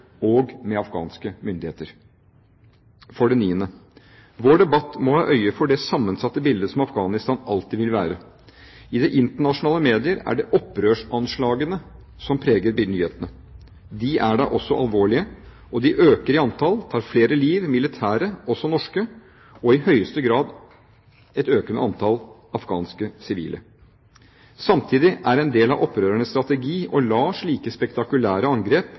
og med afghanske myndigheter. For det niende: Vår debatt må ha øye for det sammensatte bildet som Afghanistan alltid vil være. I internasjonale medier er det opprørsanslagene som preger nyhetene. De er da også alvorlige, og de øker i antall, tar flere liv – militære, også norske, og i høyeste grad et økende antall afghanske sivile. Samtidig er en del av opprørernes strategi å la slike spektakulære angrep